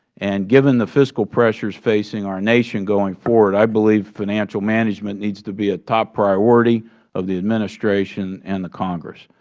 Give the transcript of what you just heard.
and given the fiscal pressure facing our nation going forward, i believe financial management needs to be a top priority of the administration and the congress.